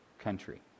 country